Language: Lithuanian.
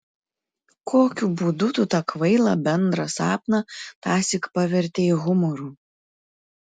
kokiu būdu tu tą kvailą bendrą sapną tąsyk pavertei humoru